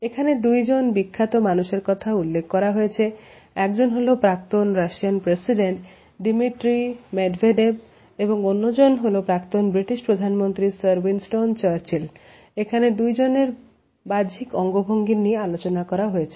এখানে দুইজন বিখ্যাত মানুষের কথা উল্লেখ করা হয়েছে একজন হল প্রাক্তন রাশিয়ান প্রেসিডেন্ট Dmitry Medvedev এবং অন্যজন হলো প্রাক্তন ব্রিটিশ প্রধানমন্ত্রী Sir Winston Churchillএখানে দুইজনের বাহিক অঙ্গভঙ্গি নিয়ে আলোচনা করা হয়েছে